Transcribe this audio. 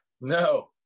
No